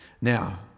Now